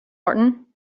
norton